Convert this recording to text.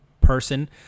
person